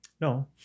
No